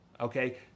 okay